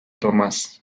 tomás